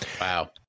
Wow